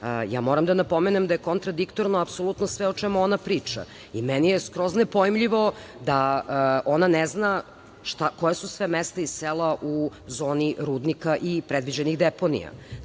Moram da napomenem da je kontradiktorno apsolutno sve o čemu ona priča. I meni je skroz nepojmljivo da ona ne zna koja su sve mesta i sela u zoni rudnika i predviđenih deponija.